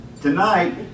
tonight